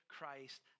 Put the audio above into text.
Christ